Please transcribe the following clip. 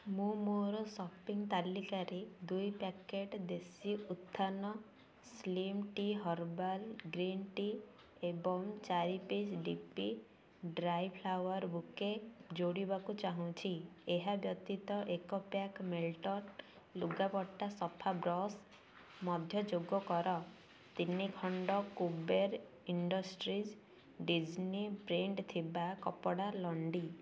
ମୁଁ ମୋର ସପିଂ ତାଲିକାରେ ଦୁଇ packet Desi Utthan slim tea herbal green tea ଏବଂ ଚାରି piece DP dry flower bouquet ଯୋଡ଼ିବାକୁ ଚାହୁଁଛି ଏହା ବ୍ୟତୀତ ଏକ ପ୍ୟାକ୍ ମିଲ୍ଟନ ଲୁଗାପଟା ସଫା ବ୍ରଶ୍ ମଧ୍ୟ ଯୋଗ କର ତିନି ଖଣ୍ଡ କୁବେର ଇଣ୍ଡଷ୍ଟ୍ରିଜ ଡିଜ୍ନି ପ୍ରିଣ୍ଟ ଥିବା କପଡ଼ା ଲଣ୍ଡ୍ରୀ